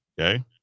okay